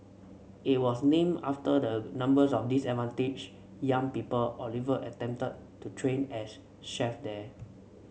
it was named after the number of disadvantaged young people Oliver attempted to train as chef there